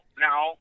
now